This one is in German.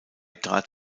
trat